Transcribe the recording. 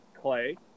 Clay